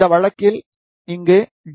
இந்த வழக்கில் இங்கே டி